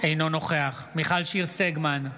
אינו נוכח מיכל שיר סגמן,